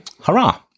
Hurrah